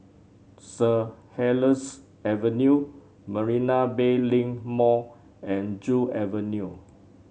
Sir Helier's Avenue Marina Bay Link Mall and Joo Avenue